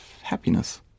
happiness